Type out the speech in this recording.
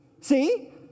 See